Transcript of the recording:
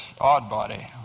Oddbody